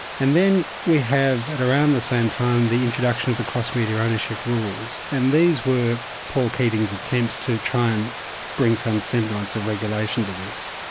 and then we have at around the same time the introduction of the cross-media ownership rules, and these were paul keating's attempts try and bring some semblance of regulation to this,